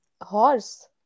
Horse